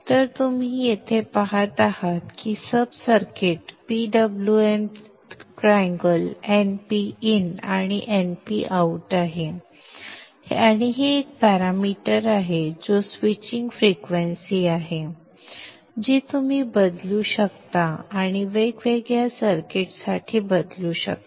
तर तुम्ही येथे पहात आहात की हे सब सर्किट PWM त्रिकोण np इन आणि np आउट आहे आणि एक पॅरामीटर आहे जो स्विचिंग फ्रिक्वेन्सी आहे जी तुम्ही बदलू शकता आणि वेगवेगळ्या सर्किट्ससाठी बदलू शकता